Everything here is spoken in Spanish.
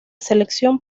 selección